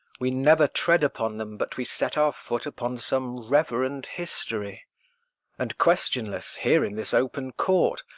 we never tread upon them but we set our foot upon some reverend history and, questionless, here in this open court,